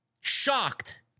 Shocked